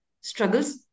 struggles